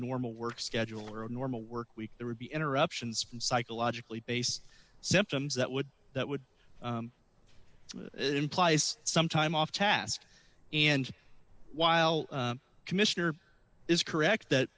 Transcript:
normal work schedule or a normal work week there would be interruptions and psychologically based symptoms that would that would implies some time off task and while commissioner is correct that